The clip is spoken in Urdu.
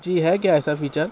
جی ہے کیا ایسا فیچر